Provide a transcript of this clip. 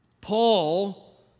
Paul